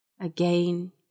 Again